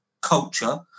culture